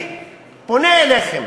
אני פונה אליכם,